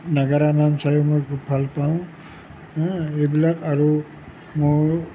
নেগেৰা নাম চাই মই খুব ভাল পাওঁ এইবিলাক আৰু মোৰ